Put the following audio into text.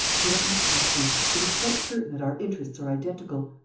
do not distrust me. it is quite certain that our interests are identical.